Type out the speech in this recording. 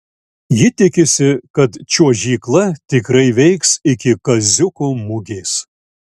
ji tikisi kad čiuožykla tikrai veiks iki kaziuko mugės